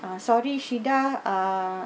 uh sorry shida ah